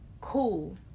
Cool